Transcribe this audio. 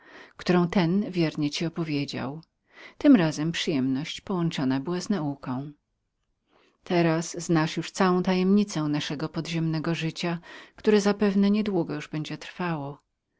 którą ten wiernie ci opowiedział tym razem przyjemność połączoną była z nauką teraz znasz już całą tajemnicę naszego podziemnego życia które zapewne nie długo już będzie trwało